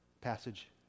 passage